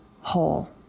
whole